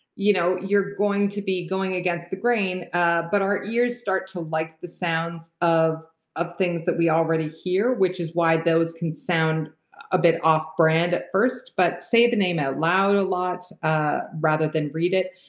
you know you're going to be going against the grain ah but our ears start to like the sounds of of things that we already hear, which is why those can sound a bit off brand at first. but say the name out loud a lot ah rather than read it,